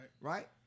right